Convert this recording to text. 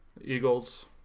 eagles